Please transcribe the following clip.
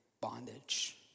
bondage